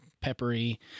peppery